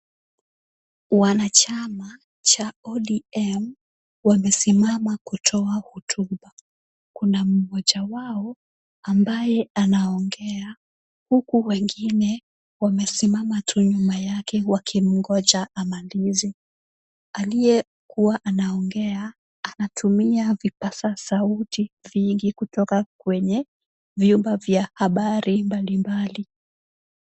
Wanachama wa ODM wamesimama kutoa hotuba. Kuna mmoja wao ambaye anaongea, huku wengine wamesimama tu nyuma yake wakimngonja amalize. Aliyekuwa anaongea anatumia vipaza sauti vingi kutoka kwenye vyombo vya habari mbalimbali.